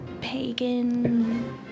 Pagan